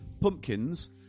pumpkins